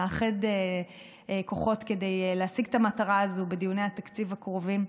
נאחד כוחות כדי להשיג את המטרה הזו בדיוני התקציב הקרובים.